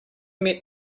met